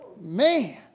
Man